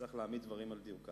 צריך להעמיד דברים על דיוקם.